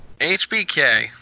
HBK